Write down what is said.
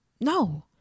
No